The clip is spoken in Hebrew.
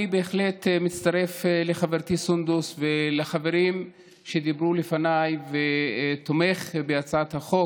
אני בהחלט מצטרף לחברתי סונדוס ולחברים שדיברו לפניי ותומך בהצעת החוק.